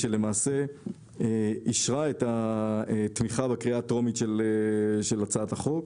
שלמעשה אישרה את התמיכה בקריאה הטרומית של הצעת החוק,